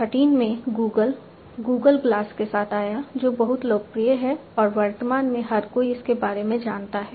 2013 में Google Google glass के साथ आया जो बहुत लोकप्रिय है और वर्तमान में हर कोई इसके बारे में जानता है